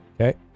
Okay